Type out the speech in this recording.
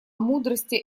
мудрости